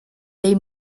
they